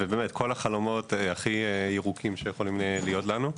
ובאמת כל החלומות הכי ירוקים שיכולים להיות לנו,